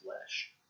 flesh